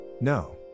no